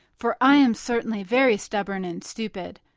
for i am certainly very stubborn and stupid!